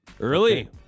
Early